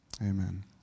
Amen